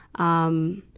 um,